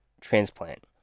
Transplant